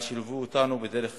על שליוו אותנו בדרך